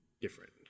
different